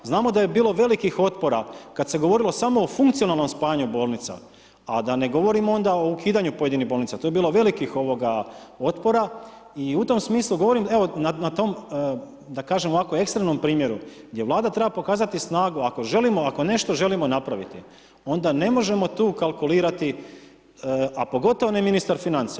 Znamo da je bilo velikih otpora kad se govorilo samo o funkcionalnom spajanju bolnica a da ne govorim onda o ukidanju pojedinih bolnica, to je bilo velikih ovoga otpora i u tom smislu govorim evo na tom da kažem ovako eksternom primjeru gdje Vlada treba pokazati snagu, ako nešto želimo napraviti, onda ne možemo tu kalkulirati, a pogotovo ne ministar financija.